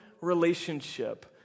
relationship